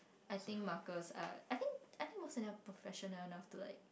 I think markers are I think I think most of them are professional enough to like